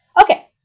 Okay